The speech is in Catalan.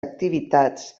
activitats